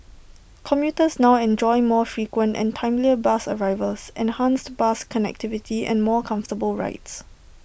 commuters now enjoy more frequent and timelier bus arrivals enhanced bus connectivity and more comfortable rides